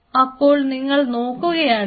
അപ്പോൾ നിങ്ങൾ നോക്കുകയാണെങ്കിൽ